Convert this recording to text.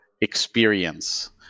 experience